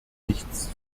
nichts